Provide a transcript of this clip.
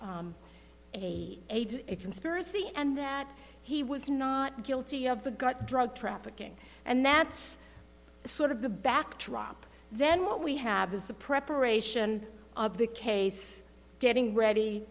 aids spira c and that he was not guilty of the got drug trafficking and that's sort of the backdrop then what we have is the preparation of the case getting ready